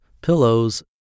pillows